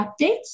updates